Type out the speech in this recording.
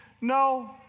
No